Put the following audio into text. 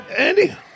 Andy